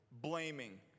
Blaming